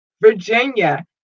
Virginia